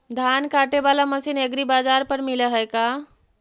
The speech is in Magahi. धान काटे बाला मशीन एग्रीबाजार पर मिल है का?